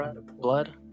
blood